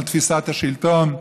על תפיסת השלטון,